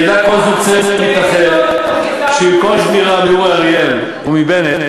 ידע כל זוג צעיר מתנחל שירכוש דירה מאורי אריאל ומבנט,